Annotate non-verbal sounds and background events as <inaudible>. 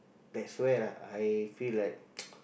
that's where lah I feel like <noise>